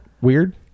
weird